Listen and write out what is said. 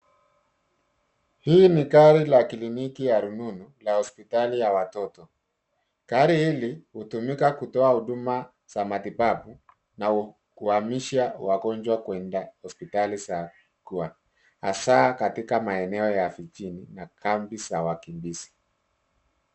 Hii ni gari la kliniki ya rununu la hospitali ya watoto. Gari hili hutumika kutoa huduma za matibabu na kuhamisha wagonjwa kwenda hospitali za mkoa hasa katika maeneo ya mjini na kambi za wakimbizi.